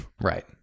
right